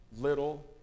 little